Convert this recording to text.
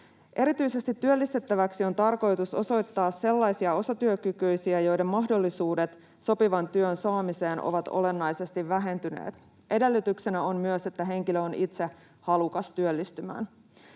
Erityisesti työllistettäväksi on tarkoitus osoittaa sellaisia osatyökykyisiä, joiden mahdollisuudet sopivan työn saamiseen ovat olennaisesti vähentyneet. Edellytyksenä on myös, että henkilö on itse halukas työllistymään.